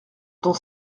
dont